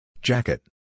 Jacket